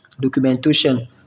documentation